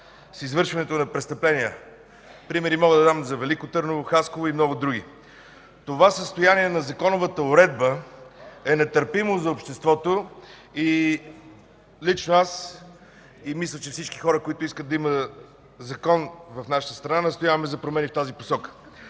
с извършването на престъпления. Примери мога да дам за Велико Търново, Хасково и много други. Това състояние на законовата уредба е нетърпимо за обществото и лично аз, и мисля, че всички хора, които искат да има закон в нашата страна, настояваме за промени в тази посока.